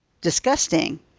disgusting –